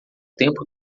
tempo